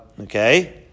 okay